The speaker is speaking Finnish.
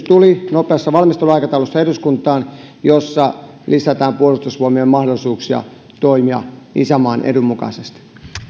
tuli nopeassa valmisteluaikataulussa tällainen hallituksen esitys jossa lisätään puolustusvoimien mahdollisuuksia toimia isänmaan edun mukaisesti